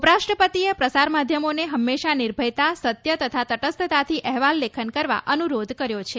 ઉપરાષ્ટ્રપતિએ પ્રસાર માધ્યમોને હંમેશા નિર્ભયતા સત્ય તથા તટસ્થતાથી અહેવાલ લેખન કરવા અનુરોધ કર્યો છે